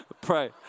pray